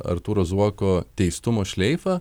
artūro zuoko teistumo šleifą